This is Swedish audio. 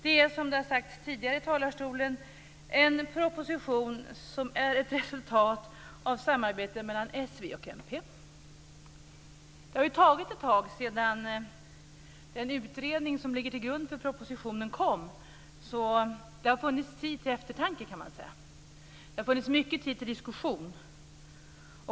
Det är som har sagts tidigare i talarstolen en proposition som är ett resultat av samarbete mellan s, v och mp. Det har ju gått ett tag sedan den utredning som ligger till grund för propositionen kom. Det har funnits tid till eftertanke, kan man säga. Det har funnits mycket tid till diskussion.